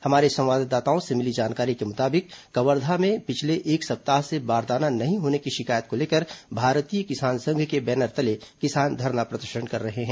हमारे संवाददाताओं से मिली जानकारी के मुताबिक कवर्धा में पिछले एक सप्ताह से बारदाना नहीं होने की शिकायत को लेकर भारतीय किसान संघ के बैनर तले किसान धरना प्रदर्शन कर रहे हैं